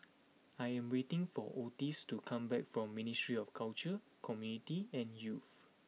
I am waiting for Otis to come back from Ministry of Culture Community and Youth